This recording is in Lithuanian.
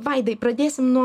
vaidai pradėsim nuo